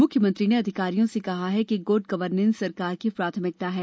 मुख्यमंत्री ने अधिकारियों से कहा कि गुड़ गवर्नेस सरकार की प्राथमिकता है